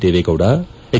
Deve Gowda H